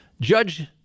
Judge